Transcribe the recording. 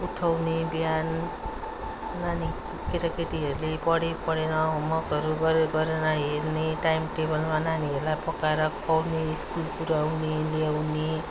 उठाउने बिहान नानी केटाकेटीहरूले पढ्यो पढेन होमवर्कहरू गऱ्यो गरेन हेर्ने टाइम टेबलमा नानीहरूलाई पकाएर खुवाउने स्कुल पुऱ्याउने ल्याउने